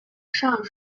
上述